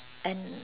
and